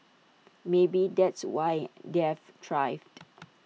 maybe that's why they have thrived